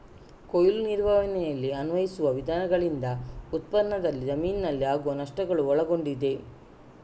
ಕೊಯ್ಲು ನಿರ್ವಹಣೆಯಲ್ಲಿ ಅನ್ವಯಿಸುವ ವಿಧಾನಗಳಿಂದ ಉತ್ಪನ್ನದಲ್ಲಿ ಜಮೀನಿನಲ್ಲಿ ಆಗುವ ನಷ್ಟಗಳು ಒಳಗೊಂಡಿದೆ